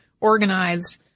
organized